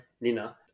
nina